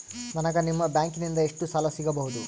ನನಗ ನಿಮ್ಮ ಬ್ಯಾಂಕಿನಿಂದ ಎಷ್ಟು ಸಾಲ ಸಿಗಬಹುದು?